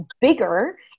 bigger